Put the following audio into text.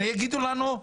הרי יגידו לנו,